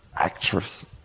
Actress